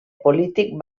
polític